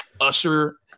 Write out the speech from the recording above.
usher